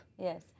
Yes